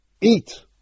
eat